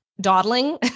dawdling